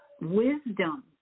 wisdom